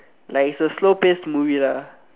like it's a slow paced movie lah